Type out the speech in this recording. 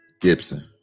Gibson